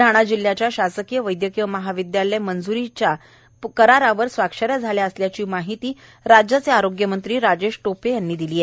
ब्लडाणा जिल्ह्याच्या शासकीय वैदयकीय महाविदयालय मंज्रीच्या स्वाक्षऱ्या झाल्या असल्याची माहिती राज्याचे आरोग्य मंत्री राजेश टोपे यांनी दिली आहे